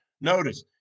Notice